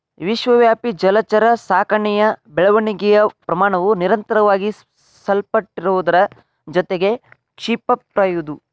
ವಿಶ್ವವ್ಯಾಪಿ ಜಲಚರ ಸಾಕಣೆಯ ಬೆಳವಣಿಗೆಯ ಪ್ರಮಾಣವು ನಿರಂತರವಾಗಿ ಸಲ್ಪಟ್ಟಿರುವುದರ ಜೊತೆಗೆ ಕ್ಷಿಪ್ರವಾಗಿದ್ದು